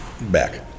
back